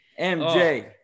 mj